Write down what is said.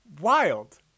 wild